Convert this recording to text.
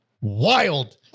wild